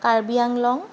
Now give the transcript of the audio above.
Karbi Anglong